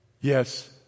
Yes